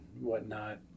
whatnot